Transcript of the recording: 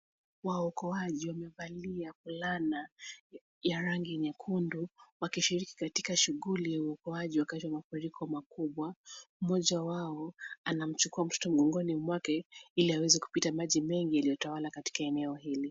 Waokoaji wamevalia fulana ya rangi nyekundu wakishiriki katika shughuli ya uokoaji wakati wa mafuriko makubwa. Mmoja wao anamchukua mtoto mgongoni mwake ili aweze kupita maji mengi yaliyotawala eneo hili.